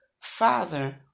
father